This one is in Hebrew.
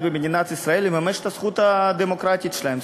במדינת ישראל לממש את הזכות הדמוקרטית שלהם,